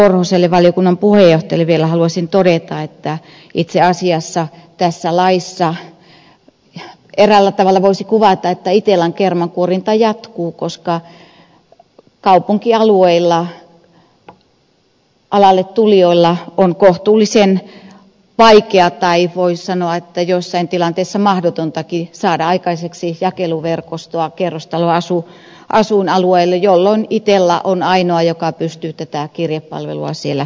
korhoselle valiokunnan puheenjohtajalle vielä haluaisin todeta että itse asiassa tässä laissa eräällä tavalla voisi kuvata että itellan kermankuorinta jatkuu koska kaupunkialueilla alalle tulijoilla on kohtuullisen vaikeaa tai voisi sanoa joissain tilanteissa mahdotontakin saada aikaiseksi jakeluverkostoa kerrostaloasuinalueilla jolloin itella on ainoa joka pystyy tätä kirjepalvelua siellä tarjoamaan